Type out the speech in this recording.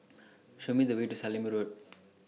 Show Me The Way to Sallim Road